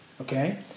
okay